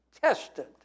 tested